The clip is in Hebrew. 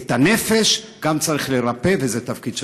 גם את הנפש צריך לרפא, וזה התפקיד שלך.